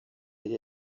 ere